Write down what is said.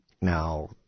now